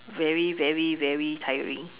very very very tiring